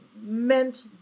meant